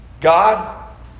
God